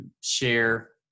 share